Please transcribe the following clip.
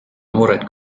noored